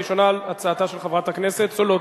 הראשונה, על הצעתה של חברת הכנסת סולודקין.